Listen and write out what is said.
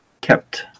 kept